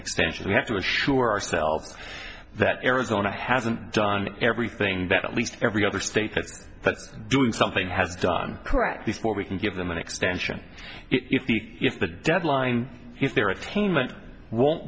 extension we have to assure ourselves that arizona hasn't done everything that at least every other state that's that's doing something has done correctly for we can give them an extension if the if the deadline if they're a team and won't